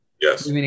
Yes